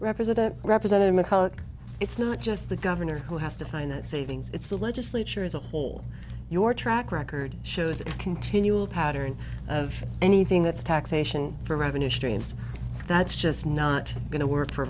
representative mcculloch it's not just the governor who has to find savings it's the legislature as a whole your track record shows a continual pattern of anything that's taxation for revenue streams that's just not going to work for